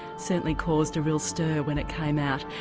certainly caused a real stir when it came out.